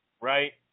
right